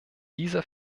diese